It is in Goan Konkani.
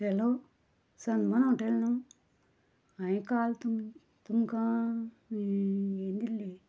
हॅलो सनमन हॉटॅल न्हय हांवें काल तुम् तुमकां हें दिल्ली